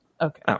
Okay